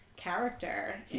character